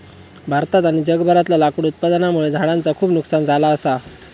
भारतात आणि जगभरातला लाकूड उत्पादनामुळे झाडांचा खूप नुकसान झाला असा